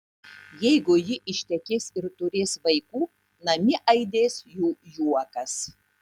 jeigu ji ištekės ir turės vaikų namie aidės jų juokas